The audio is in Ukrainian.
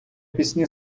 пісні